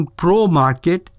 pro-market